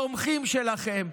תומכים שלכם.